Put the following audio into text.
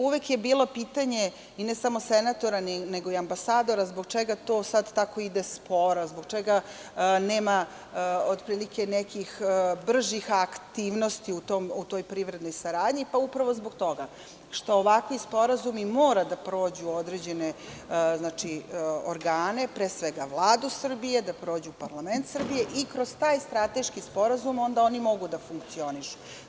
Uvek je bilo pitanje, ne samo senatora, nego i ambasadora, zbog čega to sada ide sporo, zbog čega nema otprilike nekih bržih aktivnosti u toj privrednoj saradnji, pa upravo zbog toga, što ovakvi sporazumi mora da prođu određene organe, pre svega Vladu Srbije, da prođu parlament Srbije i kroz taj strateški sporazum, onda oni mogu da funkcionišu.